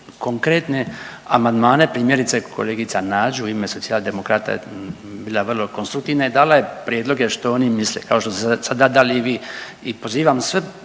konkretne amandmane, primjerice kolegica Nađ u ime Socijaldemokrata je bila vrlo konstruktivna i dala je prijedloge što oni misle kao što ste sada dali i vi.